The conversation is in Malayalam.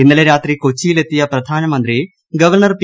ഇന്നലെ രാത്രി കൊച്ചിയിലെത്തിയ പ്രധാനമന്ത്രിയെ ഗവർണർ പി